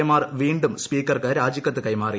A മാർ വീണ്ടും സ്പീക്കർക്ക് രാജിക്കത്ത് കൈമാറി